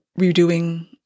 redoing